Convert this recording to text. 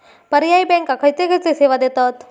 पर्यायी बँका खयचे खयचे सेवा देतत?